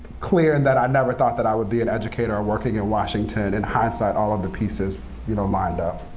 clear and that i never thought that i would be an educator or working in washington, in hindsight, all of the pieces you know lined up.